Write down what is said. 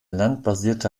landbasierte